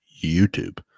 YouTube